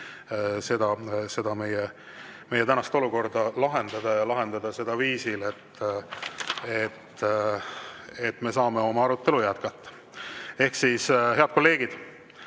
meie tänast olukorda lahendada ja teha seda viisil, et me saame oma arutelu jätkata. Ehk siis, head kolleegid,